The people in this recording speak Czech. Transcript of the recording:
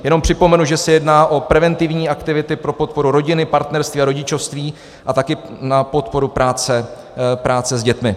Jenom připomenu, že se jedná o preventivní aktivity pro podporu rodiny, partnerství a rodičovství a také na podporu práce s dětmi.